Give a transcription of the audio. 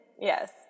Yes